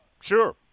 Sure